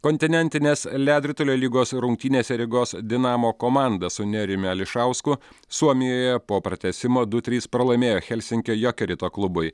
kontinentinės ledo ritulio lygos rungtynėse rygos dinamo komanda su nerijumi ališausku suomijoje po pratęsimo du trys pralaimėjo helsinkio jokerito klubui